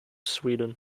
sweden